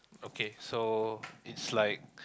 okay so it's like